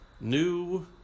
new